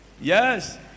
Yes